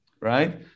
Right